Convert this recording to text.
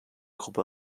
gruppe